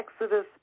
Exodus